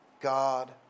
God